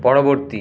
পরবর্তী